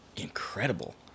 incredible